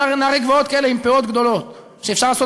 נערי גבעות כאלה עם פאות גדולות שאפשר לעשות